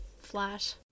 Flash